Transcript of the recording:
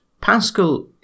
Pascal